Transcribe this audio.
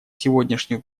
сегодняшнюю